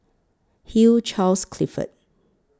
Hugh Charles Clifford